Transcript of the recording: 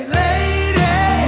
lady